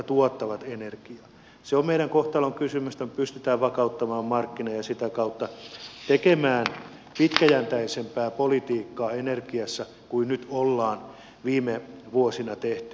se on meidän kohtalonkysymyksemme että me pystymme vakauttamaan markkinat ja sitä kautta tekemään pitkäjänteisempää politiikkaa energiassa kuin nyt ollaan viime vuosina tehty